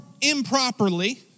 improperly